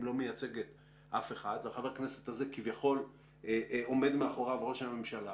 לא מייצגת אף אחד ומאחורי חבר הכנסת הזה כביכול עומד ראש הממשלה